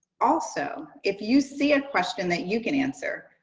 also, if you see a question that you can answer,